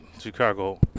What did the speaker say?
chicago